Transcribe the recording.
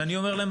ואני אומר להם,